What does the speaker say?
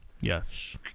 Yes